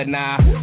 Nah